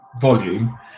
volume